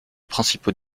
principaux